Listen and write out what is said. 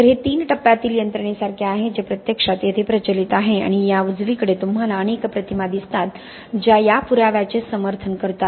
तर हे तीन टप्प्यातील यंत्रणेसारखे आहे जे प्रत्यक्षात येथे प्रचलित आहे आणि या उजवीकडे तुम्हाला अनेक प्रतिमा दिसतात ज्या या पुराव्याचे समर्थन करतात